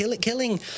Killing